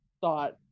thought